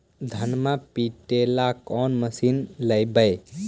धनमा पिटेला कौन मशीन लैबै?